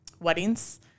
weddings